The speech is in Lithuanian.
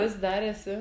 vis dar esi